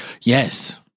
Yes